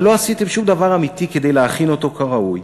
כי לא עשיתם שום דבר אמיתי כדי להכין אותו כראוי.